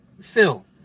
Phil